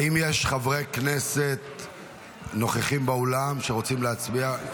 האם יש חברי כנסת נוכחים באולם שרוצים להצביע?